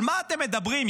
על מה אתם מדברים?